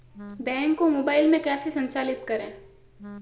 Bank को mobile में कैसे संचालित करें?